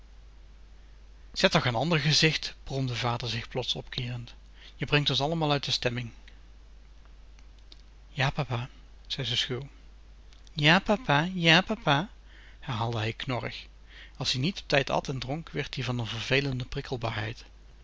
zet toch n ander gezicht bromde vader zich plots omkeerend je brengt ons allemaal uit de stemming ja papa zei ze schuw ja papa ja papa herhaalde hij knorrig als-ie niet op tijd at en dronk werd ie van n vervelende prikkelbaarheid